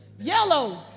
Yellow